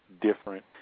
different